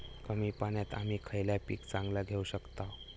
कमी पाण्यात आम्ही खयला पीक चांगला घेव शकताव?